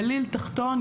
גליל תחתון.